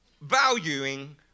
valuing